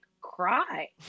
cry